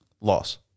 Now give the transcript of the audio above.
Loss